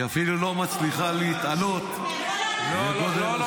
היא אפילו לא מצליחה להתעלות לגודל --- אתה יכול לעלות לפה.